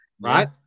right